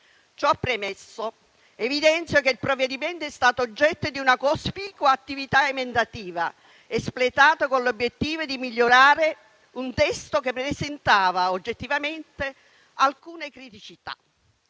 Ciò premesso, evidenzio che il provvedimento è stato oggetto di una cospicua attività emendativa, espletata con l'obiettivo di migliorare un testo che presentava oggettivamente alcune criticità.